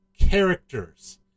characters